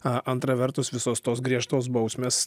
antra vertus visos tos griežtos bausmės